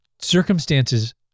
Circumstances